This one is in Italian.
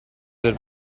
del